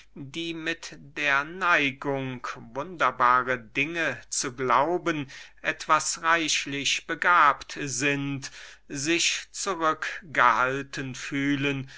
die mit der neigung wunderbare dinge zu glauben etwas reichlich begabt sind sich zurück gehalten fühlen